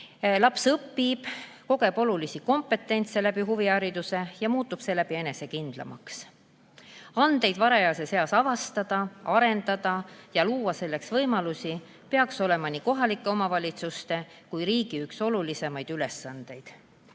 Laps õpib, kogeb olulisi kompetentse tänu huviharidusele ja muutub enesekindlamaks. Andeid varajases eas avastada, arendada ja luua selleks võimalusi peaks olema nii kohalike omavalitsuste kui ka riigi olulisimaid ülesandeid. Tõsi,